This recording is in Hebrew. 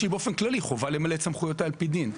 יש לי באופן כללי חובה למלא את סמכויותיי על פי דין,